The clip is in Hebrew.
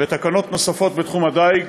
ותקנות נוספות בתחום הדיג,